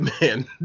man